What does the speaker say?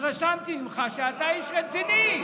התרשמתי ממך שאתה איש רציני.